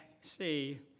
see